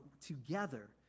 together